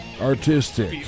artistic